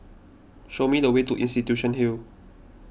show me the way to Institution Hill